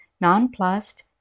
Nonplussed